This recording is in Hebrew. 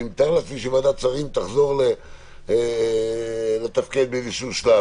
אני מתאר לעצמי שוועדת שרים תשוב לתפקד באיזשהו שלב,